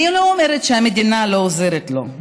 אני לא אומרת שהמדינה לא עוזרת לו,